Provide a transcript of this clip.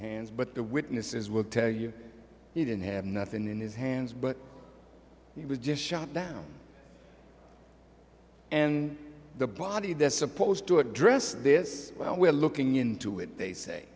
hands but the witnesses will tell you he didn't have nothing in his hands but it was just shot down and the body that's supposed to address this well we're looking into it they say